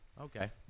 Okay